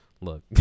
Look